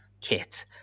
kit